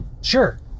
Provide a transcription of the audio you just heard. sure